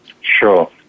Sure